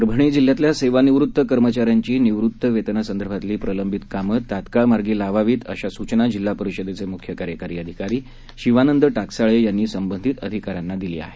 परभणी जिल्ह्यातल्या सेवानिवृत्त कर्मचाऱ्यांची निवृत्तीवेतनासंदर्भातली प्रलंबित कामं तात्काळ मार्गी लावावीत अशा सूचना जिल्हा परिषदेचे मुख्य कार्यकारी अधिकारी शिवानंद टाकसाळे यांनी संबंधित अधिकाऱ्यांना दिली आहे